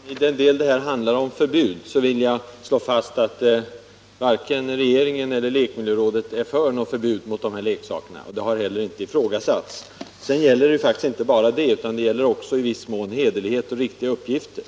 Herr talman! Till den del det här handlar om förbud vill jag slå fast att varken regeringen eller lekmiljörådet är för något förbud mot de aktuella leksakerna, och något sådant har inte heller föreslagits. Sedan gäller det faktiskt inte bara det, utan det gäller också i viss mån hederlighet och riktiga uppgifter.